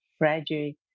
graduate